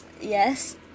yes